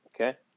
Okay